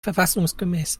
verfassungsgemäß